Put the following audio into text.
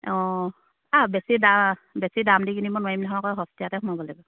অঁ অঁ বেছি দাম বেছি দাম দি কিনিবই নোৱাৰিম নহয় সস্তিয়াতে সোমাব লাগিব